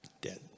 Dead